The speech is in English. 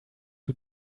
two